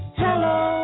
hello